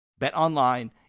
BetOnline